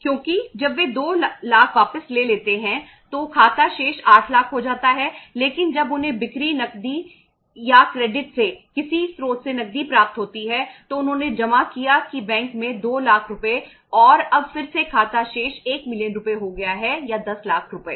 क्योंकि जब वे 2 लाख वापस ले लेते हैं तो खाता शेष 8 लाख हो जाता है लेकिन जब उन्हें बिक्री नकदी या क्रेडिट से किसी स्रोत से नकदी प्राप्त होती है तो उन्होंने जमा किया कि बैंक में 2 लाख रुपये और अब फिर से खाता शेष 1 मिलियन रुपये हो गया है या 10 लाख रुपये